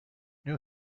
new